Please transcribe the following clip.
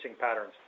patterns